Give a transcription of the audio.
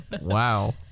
Wow